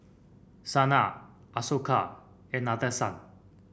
Sanal Ashoka and Nadesan